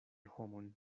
homon